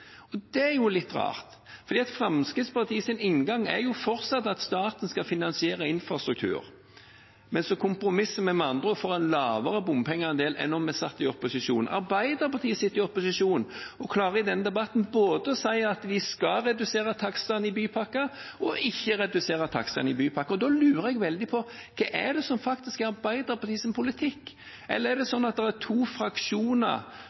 og det er litt rart. Fremskrittspartiets inngang er fortsatt at staten skal finansiere infrastruktur, men så kompromisser vi med andre og får en lavere bompengeandel enn om vi satt i opposisjon. Arbeiderpartiet sitter i opposisjon og klarer i denne debatten å si at de både skal redusere takstene i bypakken og ikke redusere takstene i bypakken. Da lurer jeg veldig på: Hva er Arbeiderpartiets politikk? Eller er det slik at det er to fraksjoner